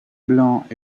blancs